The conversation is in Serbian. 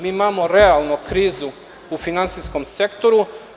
Mi imamo realno krizu u finansijskom sektoru.